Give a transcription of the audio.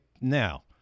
now